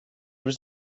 was